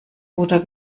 ruder